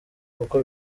kuko